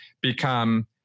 become